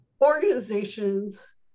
organizations